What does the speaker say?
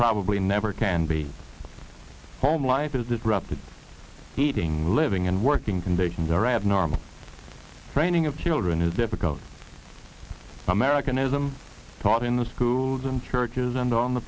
probably never can be home life is disrupted eating living and working conditions are abnormal training of children is difficult american isn't taught in the schools and churches and on the